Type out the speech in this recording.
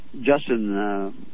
Justin